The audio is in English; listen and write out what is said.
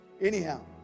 anyhow